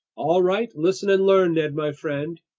all right, listen and learn, ned my friend!